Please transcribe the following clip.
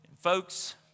Folks